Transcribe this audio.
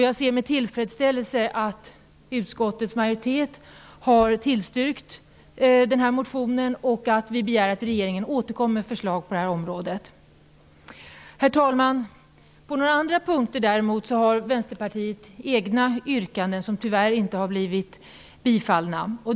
Jag ser med tillfredsställelse att utskottets majoritet har tillstyrkt motionen, där vi begär att regeringen återkommer med förslag på området. Herr talman! Däremot har Vänsterpartiet egna yrkanden på några andra punkter, vilka tyvärr inte har tillstyrkts.